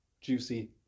Juicy